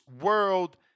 world